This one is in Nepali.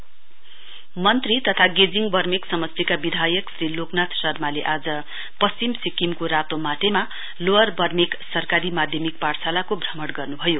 आइपीआर मिनिस्टर मन्त्री तथा गेजीङ बर्मेक समस्टिका विधायक श्री लोकनाथ शर्माले आज पश्चिम सिक्किमको रातोमाटेका लोवर बर्मेक सरकारी माध्यमिक पाठशालाको भ्रमण गर्नुभयो